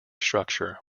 structure